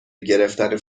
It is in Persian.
گرفتن